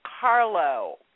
Carlo